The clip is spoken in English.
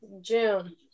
June